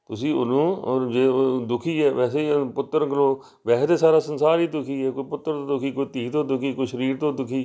ਤੁਸੀਂ ਉਹਨੂੰ ਔਰ ਜੇ ਉਹ ਦੁਖੀ ਹੈ ਵੈਸੇ ਹੀ ਆਹ ਪੁੱਤਰ ਗਰੋਹ ਵੈਸੇ ਤਾਂ ਸਾਰਾ ਸੰਸਾਰ ਹੀ ਦੁਖੀ ਹੈ ਕੋਈ ਪੁੱਤਰ ਤੋਂ ਦੁਖੀ ਕੋਈ ਧੀ ਤੋਂ ਦੁਖੀ ਕੋਈ ਸਰੀਰ ਤੋਂ ਦੁਖੀ